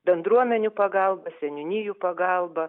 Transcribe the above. bendruomenių pagalba seniūnijų pagalba